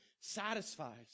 satisfies